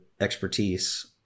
expertise